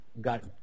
got